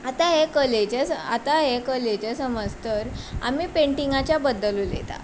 आतां हें कलेचें आतां हें कलेचें समज तर आमी पेंटिंगाच्या बद्दल उलयता